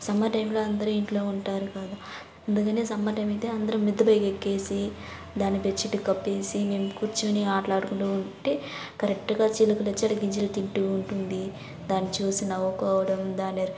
summer టైంలో అందరు ఇంట్లో ఉంటారు కదా అందుకని సమ్మర్ టైమ్ అయితే అందరు మిద్దె పైకి ఎక్కేసి దానికి బెడ్ షిట్ కప్పేసి మేం కూర్చుని ఆడుకుంటు ఉంటే కరెక్ట్గా చిలుకలు వచ్చి అక్కడ గింజలు తింటు ఉంటుంది దాన్ని చూసి నవ్వుకోవడం దాన్ని